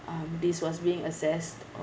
um this was being assessed